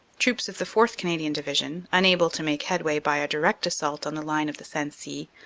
troops of the fourth. canadian division, unable to make headway by a direct assault on the line of the sensee,